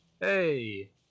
Hey